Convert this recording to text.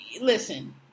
listen